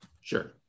Sure